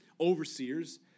overseers